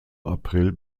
april